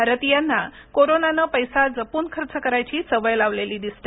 भारतीयांना कोरोनानं पैसा जपून खर्च करायची सवय लावलेली दिसते